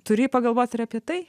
turi pagalvot ir apie tai